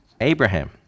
Abraham